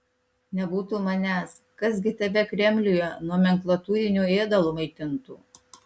nebūtų manęs kas gi tave kremliuje nomenklatūriniu ėdalu maitintų